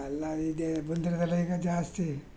ಎಲ್ಲ ಇದೇ ಬಂದಿರೋದೆಲ್ಲ ಈಗ ಜಾಸ್ತಿ